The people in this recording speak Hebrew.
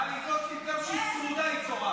טלי גוטליב, גם כשהיא צרודה היא צורחת.